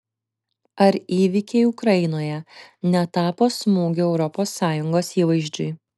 ar įvykiai ukrainoje netapo smūgiu europos sąjungos įvaizdžiui